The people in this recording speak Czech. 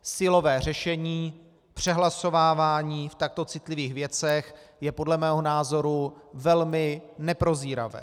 Silové řešení, přehlasovávání v takto citlivých věcech, je podle mého názoru velmi neprozíravé.